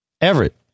Everett